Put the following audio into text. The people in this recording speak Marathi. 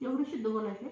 एवढीशी आहे